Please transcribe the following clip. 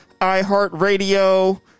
iHeartRadio